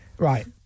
Right